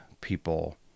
people